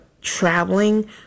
traveling